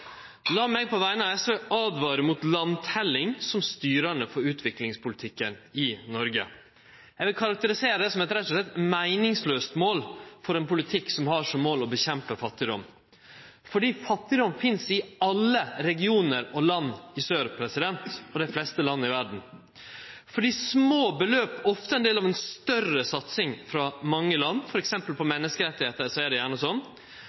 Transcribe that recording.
meg på vegner av SV åtvare mot landteljing som styrande for utviklingspolitikken i Noreg. Eg vil rett og slett karakterisere det som eit meiningslaust mål for ein politikk som har som mål å kjempe mot fattigdom – fordi fattigdom finst i alle regionar og land i sør og i dei fleste land i verda, fordi små beløp ofte er ein del av ei større satsing frå mange land – f.eks. når det gjeld menneskerettar, er det gjerne sånn